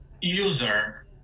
user